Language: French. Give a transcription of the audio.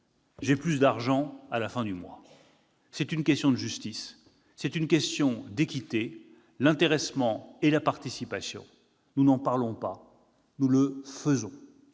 fait des bénéfices. C'est une question de justice, c'est une question d'équité ! L'intéressement et la participation, nous n'en parlons pas, nous les faisons.